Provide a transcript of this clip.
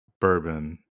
bourbon